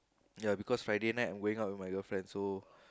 ya because Friday night I'm going out with my girlfriend so